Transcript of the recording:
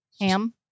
Ham